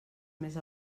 més